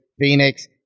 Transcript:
phoenix